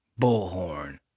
Bullhorn